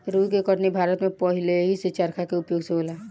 रुई के कटनी भारत में पहिलेही से चरखा के उपयोग से होला